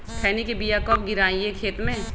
खैनी के बिया कब गिराइये खेत मे?